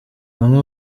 bamwe